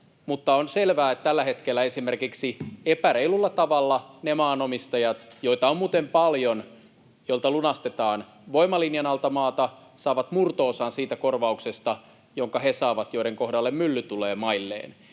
mutta on selvää, että tällä hetkellä esimerkiksi epäreilulla tavalla ne maanomistajat — joita on muuten paljon — joilta lunastetaan voimalinjan alta maata, saavat murto-osan siitä korvauksesta, jonka saavat he, joiden kohdalle mylly tulee mailleen.